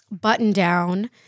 button-down